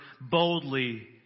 boldly